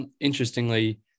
interestingly